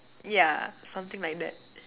yeah something like that